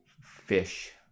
Fish